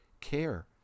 care